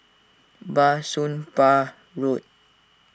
Bah Soon Pah Road